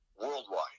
worldwide